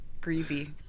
greasy